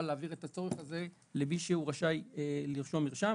להעביר את הצורך הזה למי שרשאי לרשום מרשם.